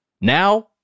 Now